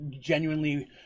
genuinely